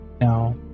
Now